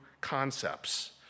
concepts